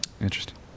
Interesting